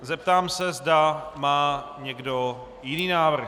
Zeptám se, zda má někdo jiný návrh.